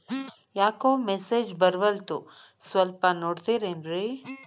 ಯಾಕೊ ಮೆಸೇಜ್ ಬರ್ವಲ್ತು ಸ್ವಲ್ಪ ನೋಡ್ತಿರೇನ್ರಿ?